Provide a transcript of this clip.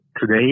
today